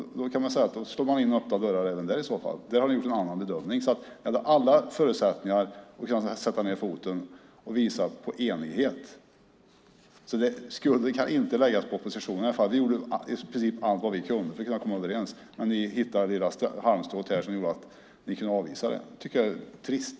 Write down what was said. I så fall slås öppna dörrar in även där, kan man säga. Där har ni gjort en annan bedömning. Ni hade alla förutsättningar att sätta ned foten och att visa på enighet. Skulden i det avseendet kan inte läggas på oppositionen. Vi gjorde i princip allt vi kunde för att kunna komma överens. Men ni hittade det lilla halmstrå som gjorde att ni kunde avvisa det vi föreslagit. Det tycker jag är trist.